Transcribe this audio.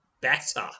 better